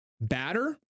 batter